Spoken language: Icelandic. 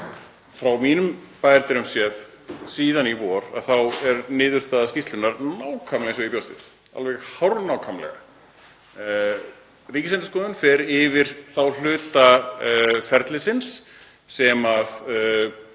Frá mínum bæjardyrum séð, síðan í vor, þá er niðurstaða skýrslunnar nákvæmlega eins og ég bjóst við, alveg hárnákvæmlega. Ríkisendurskoðun fer yfir þá hluta ferlisins sem